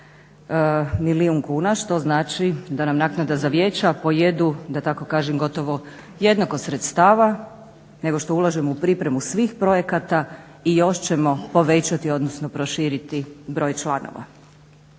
milijun kuna što znači da nam naknada za vijeća pojedu da tako kažem gotovo jednako sredstava nego što ulažemo u pripremu svih projekata i još ćemo povećati, odnosno proširiti broj članova.